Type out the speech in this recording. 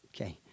okay